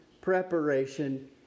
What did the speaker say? preparation